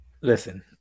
Listen